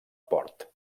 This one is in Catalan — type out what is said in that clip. port